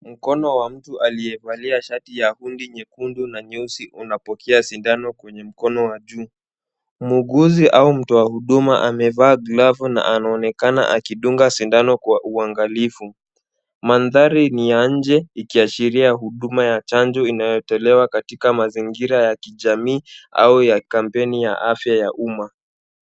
Mkono ya mtu aliyevalia shati ya hundi nyekundu na nyeusi unapokea sindano kwenye mkono wa juu. Muuguzi au mtoa huduma amevaa glavu na anaonekana akidunga sindano kwa uangalifu. Mandhari ni ya nje ikiashiria huduma ya chanjo inayotolewa katika mazingira ya kijamii au ya kampeni ya afya ya umma.